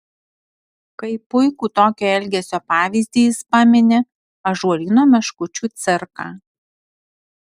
kaip puikų tokio elgesio pavyzdį jis pamini ąžuolyno meškučių cirką